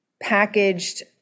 packaged